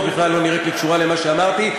בכלל לא נראית לי קשורה למה שאמרתי.